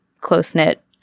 close-knit